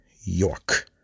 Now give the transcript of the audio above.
York